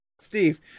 Steve